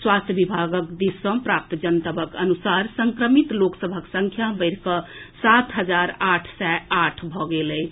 स्वास्थ्य विभागक दिस सँ प्राप्त जनतबक अनुसार संक्रमित लोक सभक संख्या बढ़ि कऽ सात हजार आठ सय आठ भऽ गेल अछि